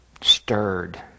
stirred